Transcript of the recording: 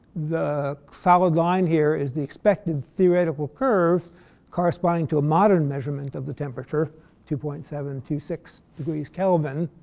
the solid line here is the expected theoretical curve corresponding to a modern measurement of the temperature two point seven two six degrees kelvin.